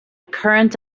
current